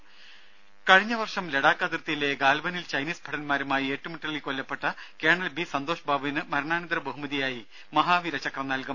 രംഭ കഴിഞ്ഞ വർഷം ലഡാക്ക് അതിർത്തിയിലെ ഗാൽവനിൽ ചൈനീസ് ഭടന്മാരുമായി ഏറ്റുമുട്ടലിൽ കൊല്ലപ്പെട്ട കേണൽ ബി സന്തോഷ്ബാബുവിന് മരണനാനന്തര ബഹുമതിയായി മഹാവീർചക്ര നൽകും